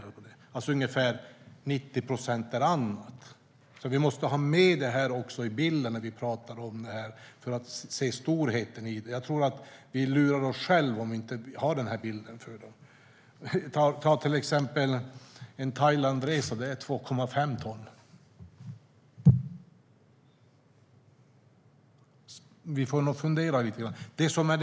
Alltså ungefär 90 procent är annat. Vi måste ha med det i bilden när vi pratar om det här. Jag tror att vi lurar oss själva om vi inte har med det i bilden. En Thailandresa ger till exempel utsläpp på 2,5 ton. Vi får nog alltså fundera lite grann på detta.